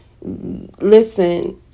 listen